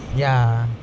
ya